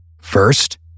First